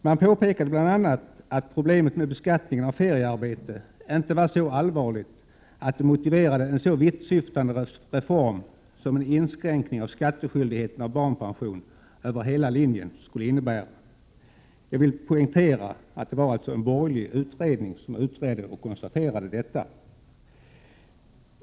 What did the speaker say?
Man påpekade bl.a. att problemen med beskattningen av feriearbete inte var så allvarliga att det motiverade en så vittsyftande reform som en inskränkning av skatteskyldigheten för barnpension över hela linjen skulle innebära. Jag vill åter poängtera att det var en borgerlig utredning som konstaterade detta.